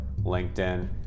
LinkedIn